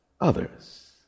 others